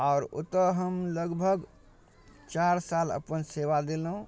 आओर ओतऽ हम लगभग चारि साल अपन सेवा देलहुँ